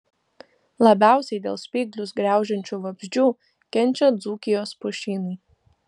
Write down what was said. labiausiai dėl spyglius graužiančių vabzdžių kenčia dzūkijos pušynai